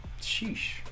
sheesh